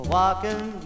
walking